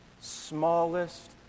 smallest